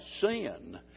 sin